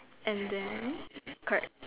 and then correct